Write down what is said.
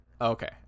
okay